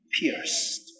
pierced